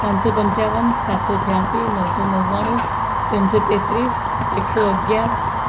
પાંચસો પંચાવન સાતસો છ્યાશી નવસો નવ્વાણું ત્રણસો તેત્રીસ એકસો અગિયાર